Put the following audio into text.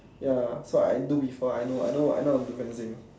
ya for I do before I know I know how to do fencing